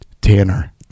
Tanner